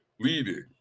leading